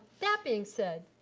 that being said,